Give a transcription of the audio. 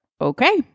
okay